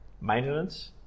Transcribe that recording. Maintenance